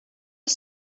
are